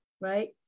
right